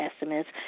estimates